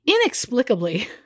inexplicably